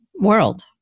world